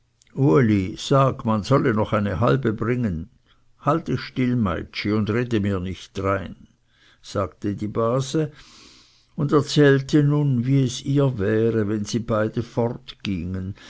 uli sag man solle noch eine halbe bringen halt dich still meitschi und rede mir nicht darein sagte die base und erzählte nun wie es ihr wäre wenn sie beide fortgingen